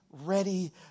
Ready